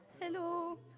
Hello